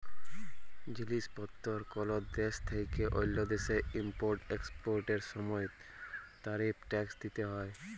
জিলিস পত্তর কল দ্যাশ থ্যাইকে অল্য দ্যাশে ইম্পর্ট এক্সপর্টের সময় তারিফ ট্যাক্স দ্যিতে হ্যয়